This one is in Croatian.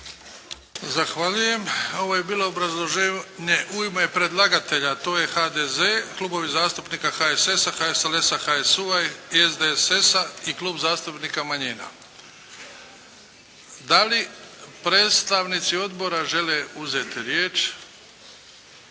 Zahvaljujem. Ovo je bilo obrazloženje u ime predlagatelja, a to je HDZ, Klubovi zastupnika HSS-a, HSLS-a, HSU-a i SDSS-a i Klub zastupnika manjina. Da li predstavnici odbora žele uzeti riječ?